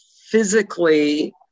physically